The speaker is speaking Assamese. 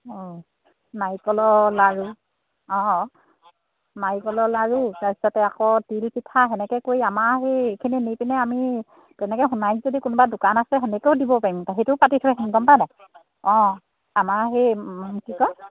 অঁ নাৰিকলৰ লাৰু অঁ নাৰিকলৰ লাৰু তাৰপিছতে আকৌ তিল পিঠা তেনেকৈ কৰি আমাৰ সেই এইখিনি নি পিনে আমি তেনেকৈ সোণাৰিত যদি কোনোবা দোকান আছে তেনেকৈও দিব পাৰিম আকৌ সেইটোও পাতি থৈ আহিম গম পাইনে অঁ আমাৰ সেই কি কয়